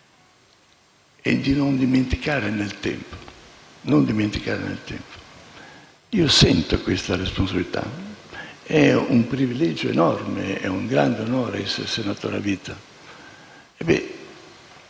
di difenderlo e di non dimenticare nel tempo, io sento questa responsabilità. È un privilegio enorme, è un grande onore essere senatore a vita.